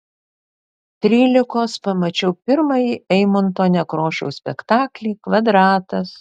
trylikos pamačiau pirmąjį eimunto nekrošiaus spektaklį kvadratas